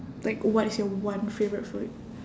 like what is your one favourite food